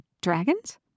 dragons